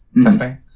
testing